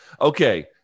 okay